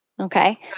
Okay